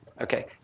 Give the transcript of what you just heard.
Okay